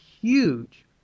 huge